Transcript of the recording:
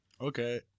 Okay